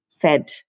fed